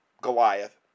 Goliath